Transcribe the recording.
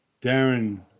Darren